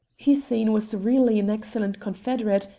hussein was really an excellent confederate,